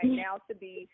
now-to-be